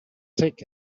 take